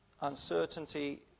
uncertainty